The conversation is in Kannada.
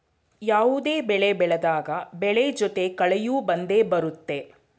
ಯಾವುದೇ ಬೆಳೆ ಬೆಳೆದಾಗ ಬೆಳೆ ಜೊತೆ ಕಳೆಯೂ ಬಂದೆ ಬರುತ್ತೆ